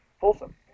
Folsom